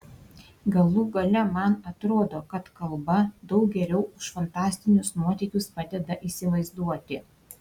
galų gale man atrodo kad kalba daug geriau už fantastinius nuotykius padeda įsivaizduoti